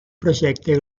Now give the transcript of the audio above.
projecte